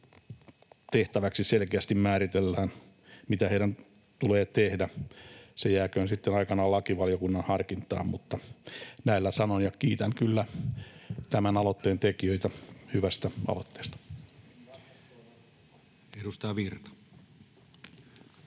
tehtävät ja se, mitä heidän tulee tehdä, se jääköön sitten aikanaan lakivaliokunnan harkintaan. Näillä sanoin — ja kiitän kyllä tämän aloitteen tekijöitä hyvästä aloitteesta. [Speech 183]